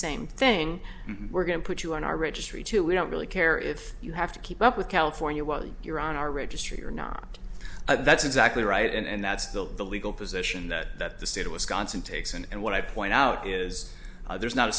same thing we're going to put you on our registry to we don't really care if you have to keep up with california while you're on our registry or not that's exactly right and that's the legal position that the state of wisconsin takes and what i point out is there's not a